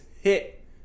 hit